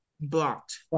blocked